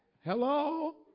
Hello